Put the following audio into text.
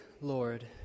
Lord